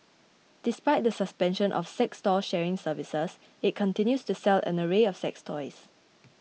despite the suspension of sex doll sharing services it continues to sell an array of sex toys